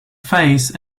face